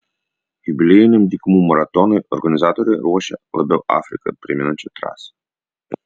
jubiliejiniam dykumų maratonui organizatoriai ruošia labiau afriką primenančią trasą